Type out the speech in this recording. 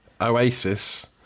Oasis